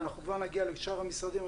אנחנו כבר נגיע לשאר המשרדים.